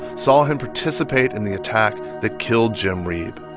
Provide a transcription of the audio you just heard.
saw him participate in the attack that killed jim reeb.